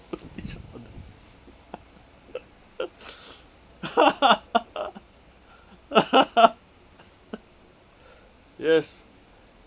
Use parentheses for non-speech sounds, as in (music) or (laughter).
to each other (laughs) yes